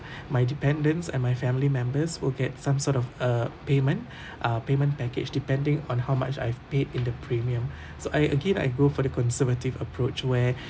my dependence and my family members will get some sort of a payment uh payment package depending on how much I've paid in the premium so I again I go for the conservative approach where